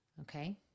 okay